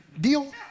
Deal